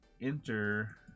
enter